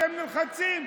אתם נלחצים.